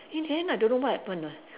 in the end I don't know what happen ah